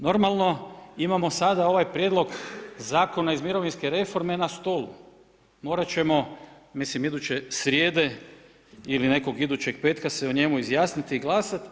Normalno imamo sada ovaj Prijedlog zakona iz mirovinske reforme na stolu, morati ćemo, mislim iduće srijede ili nekog idućeg petka se o njemu izjasniti i glasati.